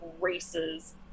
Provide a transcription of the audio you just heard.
races